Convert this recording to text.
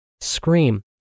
Scream